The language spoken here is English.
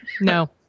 No